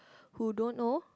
who don't know